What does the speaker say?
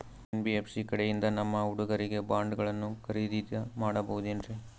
NBFC ಕಡೆಯಿಂದ ನಮ್ಮ ಹುಡುಗರಿಗೆ ಬಾಂಡ್ ಗಳನ್ನು ಖರೀದಿದ ಮಾಡಬಹುದೇನ್ರಿ?